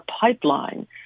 pipeline